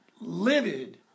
livid